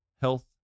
health